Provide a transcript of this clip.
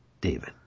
David